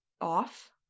off